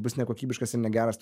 bus nekokybiškas ir negeras